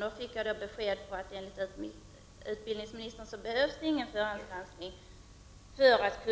Jag fick nu beskedet att det enligt utbildningsministern inte behövs någon förhandsgranskning för att